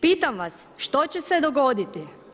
Pitam vas što će se dogoditi?